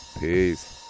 Peace